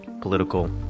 political